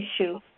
issue